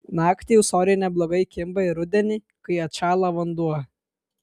naktį ūsoriai neblogai kimba ir rudenį kai atšąla vanduo